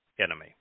enemy